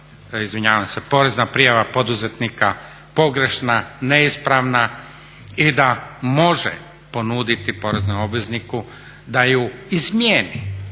porezna prijava poduzetnika pogrešna, neispravna i da može ponuditi poreznom obvezniku da ju izmijeni,